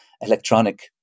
electronic